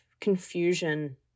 confusion